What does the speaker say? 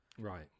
right